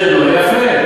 זה לא יפה.